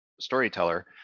storyteller